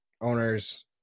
owners